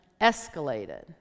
escalated